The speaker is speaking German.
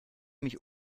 mich